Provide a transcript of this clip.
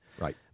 Right